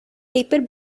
paper